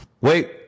Wait